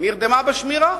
נרדמה בשמירה.